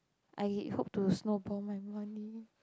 I hope to snowball my money